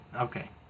Okay